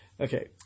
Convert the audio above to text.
Okay